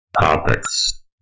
topics